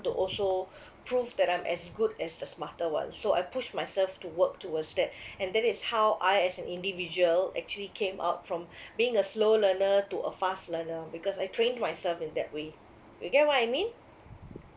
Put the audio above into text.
to also prove that I'm as good as the smarter one so I push myself to work towards that and that is how I as an individual actually came up from being a slow learner to a fast learner because I train myself in that way you get what I mean